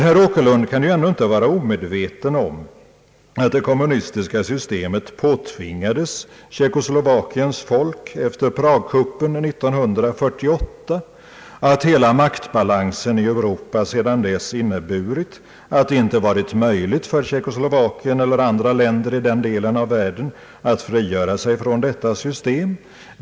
Herr Åkerlund kan ju ändå inte vara omedveten om att det kommunistiska systemet påtvingades Tjeckoslovakiens folk efter Pragkuppen 1948 och att hela maktbalansen i Europa sedan dess inneburit att det inte varit möjligt för Tjeckoslovakien eller andra länder i denna del av världen att frigöra sig från detta system.